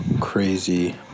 crazy